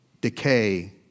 decay